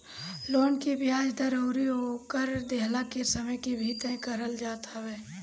loan के बियाज दर अउरी ओकर देहला के समय के भी तय करल जात हवे